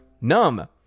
Numb